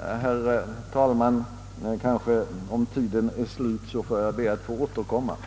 Herr talman! Om min repliktid är slut, får jag återkomma senare.